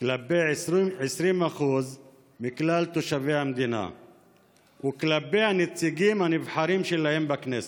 כלפי 20% מכלל תושבי המדינה וכלפי הנציגים הנבחרים שלהם בכנסת.